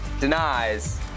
denies